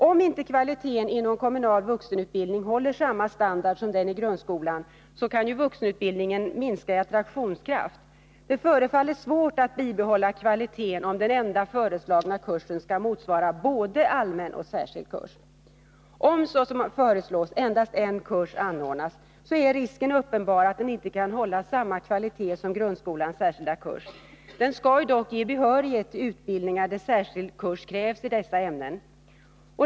Om inte kvaliteten inom kommunal vuxenutbildning håller samma standard som den i grundskolan, kan vuxenutbildningen minska i attraktionskraft. Det förefaller svårt att bibehålla kvaliteten om den enda föreslagna kursen skall motsvara både allmän och särskild kurs. Om, såsom föreslås, endast en kurs anordnas är risken uppenbar att den inte kan hålla samma kvalitet som grundskolans särskilda kurs. Den skall 37 dock ge behörighet till utbildningar, där särskild kurs krävs i dessa ämnen.